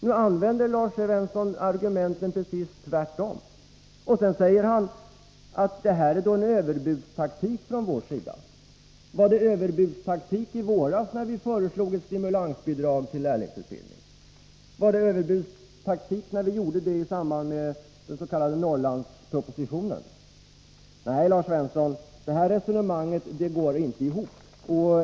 Nu använde Lars Svensson argumentet precis tvärtom. Sedan säger han att det är fråga om en överbudstaktik från vår sida. Var det överbudstaktik i våras när vi föreslog ett stimulansbidrag till lärlingsutbildningen? Var det överbudstaktik när vi föreslog det i samband med den s.k. Norrlandspropositionen? Nej, Lars Svensson, det här resonemanget går inte ihop.